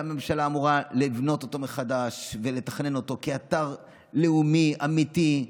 שהממשלה אמורה לבנות אותו מחדש ולתכנן אותו כאתר לאומי אמיתי,